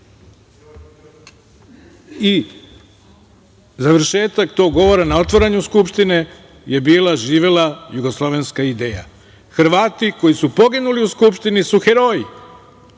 Završetak tog govora na otvaranju Skupštine je bila „Živela jugoslovenska ideja“.Hrvati koji su poginuli u Skupštini su heroji,